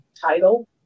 title